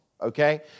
okay